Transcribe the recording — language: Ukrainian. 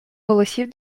голосів